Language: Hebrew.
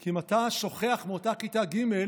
כי אם אתה שוכח מאותה כיתה ג',